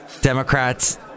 Democrats